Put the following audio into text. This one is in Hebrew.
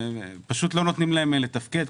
ופשוט לא נותנים להם לתפקד.